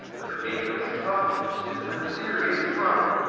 the pecos pupfish, is in serious trouble.